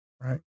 right